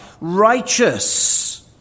righteous